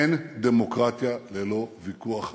אין דמוקרטיה ללא ויכוח אמיתי,